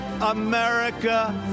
America